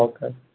okay